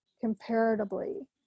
comparatively